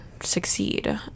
succeed